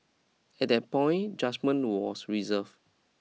at that point judgement was reserved